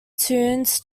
tunes